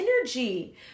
energy